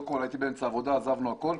למרות שהייתי באמצע העבודה עזבתי הכול.